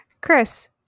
Chris